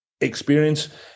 experience